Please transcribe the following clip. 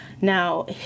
Now